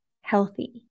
healthy